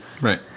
Right